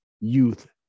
youth